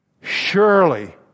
surely